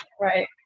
Right